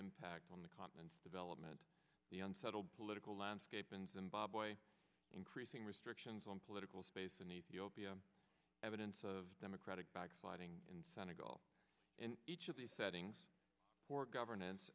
impact on the continent development the unsettled political landscape in zimbabwe increasing restrictions on political space in ethiopia evidence of democratic backsliding in senegal in each of the settings for governance